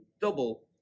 double